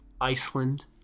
Iceland